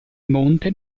monte